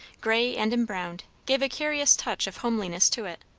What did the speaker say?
grey and embrowned, gave a curious touch of homeliness to it.